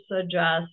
suggest